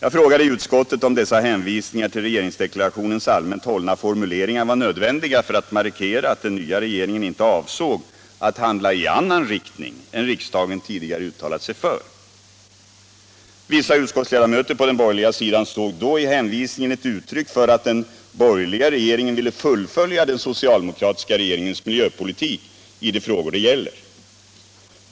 Jag frågade i utskottet om dessa hänvisningar till regeringsdeklarationens allmänt hållna formuleringar var nödvändiga för att markera att den nya regeringen inte avsåg att handla i annan riktning än riksdagen tidigare uttalat sig för. Vissa utskottsledamöter på den borgerliga sidan såg då i hänvisningen ett uttryck för att den borgerliga regeringen ville fullfölja den socialdemokratiska regeringens miljöpolitik i de frågor det gäller.